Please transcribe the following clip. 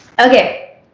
Okay